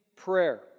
prayer